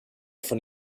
von